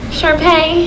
Sharpay